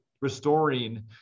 restoring